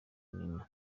nina